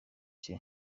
cye